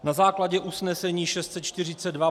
Na základě usnesení 642